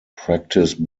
practice